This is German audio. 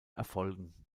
erfolgen